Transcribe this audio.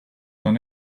then